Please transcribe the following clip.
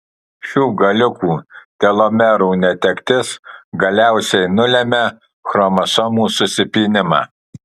šių galiukų telomerų netektis galiausiai nulemia chromosomų susipynimą